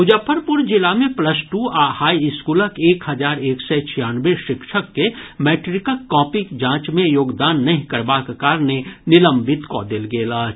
मुजफ्फरपुर जिला मे plus two आ हाईस्कूलक एक हजार एक सय छियानवे शिक्षक के मैट्रिकक कॉपी जांच मे योगदान नहि देबाक कारणे निलंबित कऽ देल गेल अछि